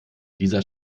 dieser